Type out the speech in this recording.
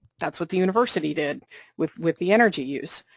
that's what the university did with with the energy use.